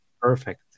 Perfect